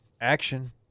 Action